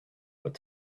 but